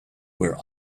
where